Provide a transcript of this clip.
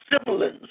siblings